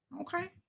Okay